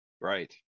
Right